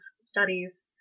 studies